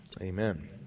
amen